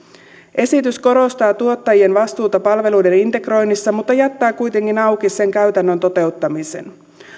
esitys korostaa tuottajien vastuuta palveluiden integroinnissa mutta jättää kuitenkin auki sen käytännön toteuttamisen